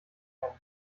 kennen